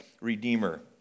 Redeemer